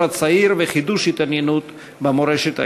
הצעיר וחידוש התעניינות במורשת היהודית.